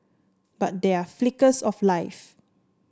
but there are flickers of life